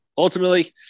Ultimately